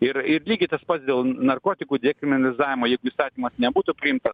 ir ir lygiai tas pats dėl narkotikų dekriminalizavimo įstatymas nebūtų priimtas